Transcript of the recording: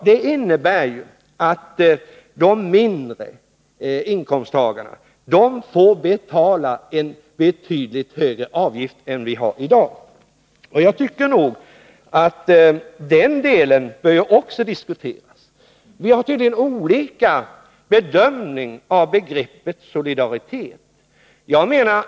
Detta innebär att de lägre inkomsttagarna får betala en betydligt högre avgift än de gör i dag. Jag tycker att man bör diskutera också det förhållandet. Vi gör tydligen inte samma tolkning av begreppet solidaritet.